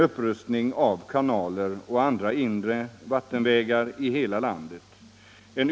Upprustning av kanaler och andra inre vattenvägar i hela landet. 4.